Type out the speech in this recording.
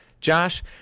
Josh